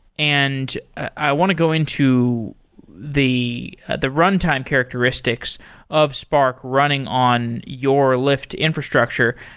and i want to go into the the runtime characteristics of spark running on your lyft infrastructure.